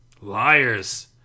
liars